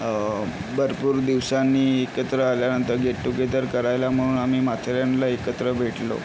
भरपूर दिवसांनी एकत्र आल्यानंतर गेट टू गेदर करायला म्हणून आम्ही माथेरानला एकत्र भेटलो